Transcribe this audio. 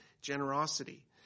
generosity